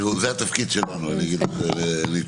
זה התפקיד שלנו, ניצן.